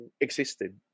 existed